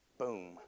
Boom